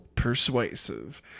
persuasive